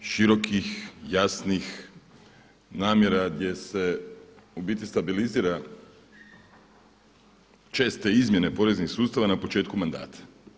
Širokih, jasnih namjera gdje se u biti stabilizira česte izmjene poreznih sustava na početku mandata.